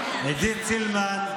סילמן,